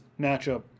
matchup